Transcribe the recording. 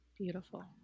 Beautiful